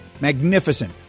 magnificent